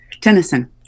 Tennyson